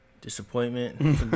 disappointment